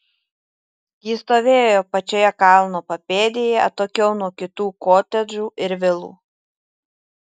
ji stovėjo pačioje kalno papėdėje atokiau nuo kitų kotedžų ir vilų